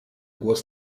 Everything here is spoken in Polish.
głos